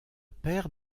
père